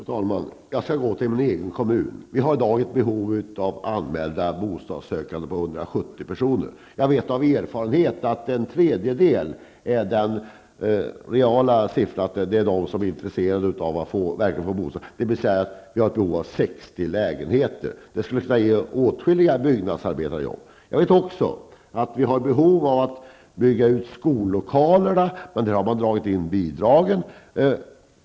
Fru talman! Jag skall tala om min egen kommun. Vi har i dag 170 personer som söker bostad. Av erfarenhet vet jag att en tredjedel är verkligt intresserade av att få bostad. Behovet gäller alltså 60 lägenheter. Det skulle kunna ge åtskilliga byggnadsarbetare jobb. Jag vet också att vi har behov av att bygga ut skollokalerna. Men bidragen för detta har dragits in.